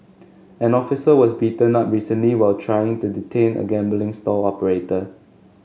an officer was beaten up recently while trying to detain a gambling stall operator